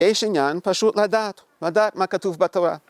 יש עניין פשוט לדעת, לדעת מה כתוב בתורה.